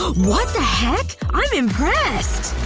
ah what the heck! i'm impressed!